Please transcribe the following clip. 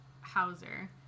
Hauser